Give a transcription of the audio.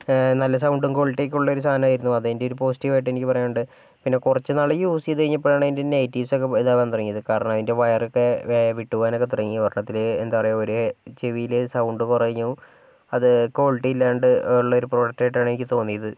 നല്ല സൗണ്ടും ക്വാളിറ്റി യും ഒക്കെ ഉള്ള ഒരു സാധനമായിരുന്നു അതിൻ്റെ ഒരു പോസിറ്റീവ് ആയിട്ട് എനിക്ക് പറയാനുണ്ട് പിന്നെ കുറച്ച് നാള് യൂസ് ചെയ്ത് കഴിഞ്ഞപ്പോൾ ആണ് ഇതിൻ്റെ നെഗറ്റീവ്സ് ഒക്കെ ഇതാവാൻ തുടങ്ങിയത് കാരണം അതിൻ്റെ വയറൊക്കെ വിട്ടുപോകാൻ ഒക്കെ തുടങ്ങി ഒരെണ്ണത്തില് എന്താ പറയുക ഒരു ചെവിയിലെ സൗണ്ട് കുറഞ്ഞു അത് ക്വാളിറ്റി ഇല്ലാണ്ട് ഉള്ളൊരു പ്രൊഡക്ട് ആയിട്ടാണ് എനിക്ക് തോന്നിയത്